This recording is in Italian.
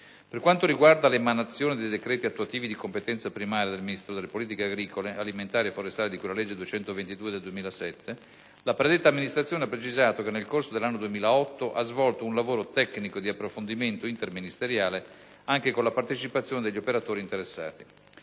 Per quanto riguarda l'emanazione dei decreti attuativi di competenza primaria del Ministro delle politiche agricole, alimentari e forestali, di cui alla legge n. 222 del 2007, la predetta amministrazione ha precisato che nel corso dell'anno 2008 ha svolto un lavoro tecnico di approfondimento interministeriale, anche con la partecipazione degli operatori interessati.